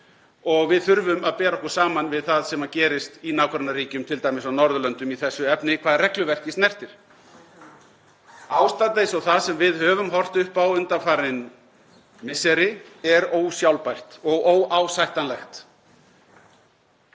og við þurfum að bera okkur saman við það sem gerist í nágrannaríkjum, t.d. á Norðurlöndum, í þessu efni hvað regluverkið snertir. Ástand eins og það sem við höfum horft upp á undanfarin misseri er ósjálfbært og óásættanlegt.